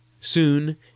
Soon